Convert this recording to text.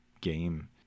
game